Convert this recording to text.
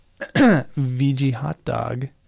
VGHotDog